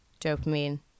dopamine